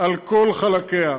על כל חלקיה.